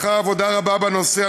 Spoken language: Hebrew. לאחר עבודה רבה בנושא,